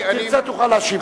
תרצה, תוכל להשיב לו.